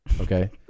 Okay